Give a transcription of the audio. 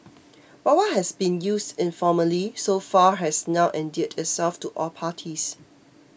but what has been used informally so far has now endeared itself to all parties